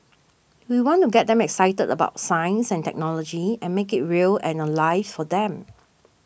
we want to get them excited about science and technology and make it real and alive for them